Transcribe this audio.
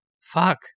fuck